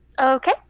Okay